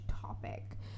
topic